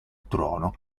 trono